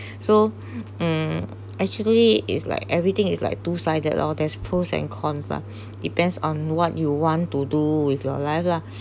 so mm actually is like everything is like two sided lor there's pros and cons lah depends on what you want to do with your life lah